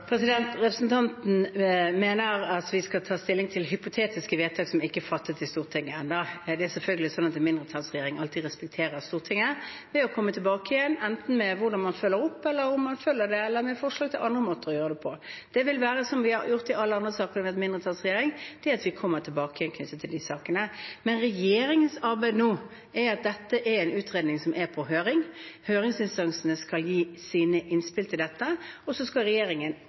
Representanten mener at vi skal ta stilling til hypotetiske vedtak som ikke er fattet i Stortinget enda. Det er selvfølgelig sånn at en mindretallsregjering alltid respekterer Stortinget. Det er å komme tilbake enten med hvordan man følger opp, om man følger det, eller med forslag om andre måter å gjøre det på. Det vil være som vi har gjort i alle andre saker med mindretallsregjering, og det er å komme tilbake til de sakene. Men regjeringens arbeid nå er at dette er en utredning som er på høring. Høringsinstansene skal gi sine innspill til dette, og så skal regjeringen